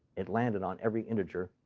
it landed on every integer.